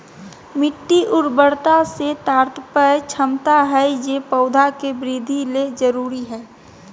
मिट्टी उर्वरता से तात्पर्य क्षमता हइ जे पौधे के वृद्धि ले जरुरी हइ